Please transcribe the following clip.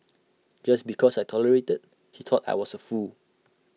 just because I tolerated he thought I was A fool